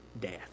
death